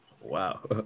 Wow